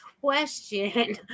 question